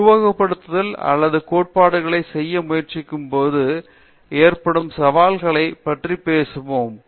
உருவகப்படுத்துதல் அல்லது கோட்பாடுகளை செய்ய முயற்சிக்கும் பொது ஏற்படும் சவால்களைப் பற்றி பேசுவோம்